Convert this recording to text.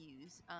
use